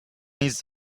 his